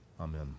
Amen